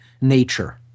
nature